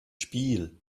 spiel